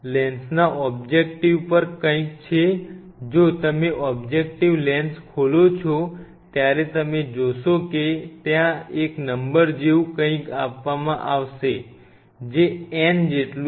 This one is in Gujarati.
લેન્સના ઓબ્જેક્ટિવ પર કંઈક છે જો તમે ઓબ્જેક્ટિવ લેન્સ ખોલો છો ત્યારે તમે જોશો કે ત્યાં એક નંબર જેવું કંઈક આપવામાં આવશે જે n જેટલું છે